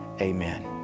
Amen